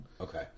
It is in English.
Okay